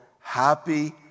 happy